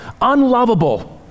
unlovable